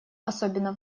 особенно